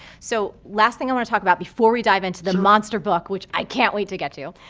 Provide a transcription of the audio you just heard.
so last thing i wanna talk about before we dive into the monster book, which i can't wait to get to,